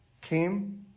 came